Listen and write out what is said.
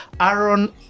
Aaron